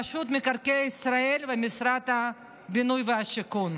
רשות מקרקעי ישראל ומשרד הבינוי והשיכון.